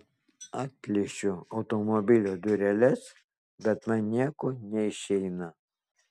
atplėšiu automobilio dureles bet man nieko neišeina